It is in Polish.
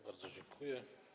Bardzo dziękuję.